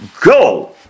Go